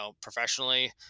professionally